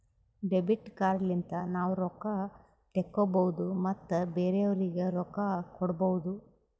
debit card ಲಿಂತ ನಾವ್ ರೊಕ್ಕಾ ತೆಕ್ಕೋಭೌದು ಮತ್ ಬೇರೆಯವ್ರಿಗಿ ರೊಕ್ಕಾ ಕೊಡ್ಭೌದು